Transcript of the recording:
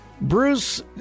Bruce